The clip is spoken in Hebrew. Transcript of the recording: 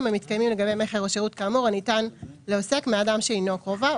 המתקיימים לגבי מכר או שירות כאמור הניתן לעוסק מאדם שאינו קרובו,